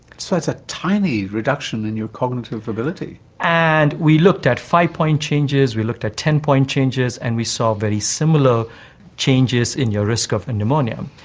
so it's a tiny reduction in your cognitive ability. and we looked at five-point changes, we looked at ten point changes, and we saw very similar changes in your risk of and pneumonia.